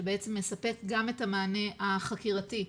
שמספק גם את המענה החקירתי,